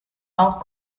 auch